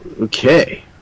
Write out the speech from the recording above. okay